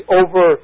over